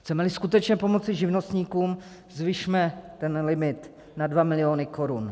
Chcemeli skutečně pomoci živnostníkům, zvyšme ten limit na 2 miliony korun.